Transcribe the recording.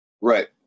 Right